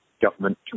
government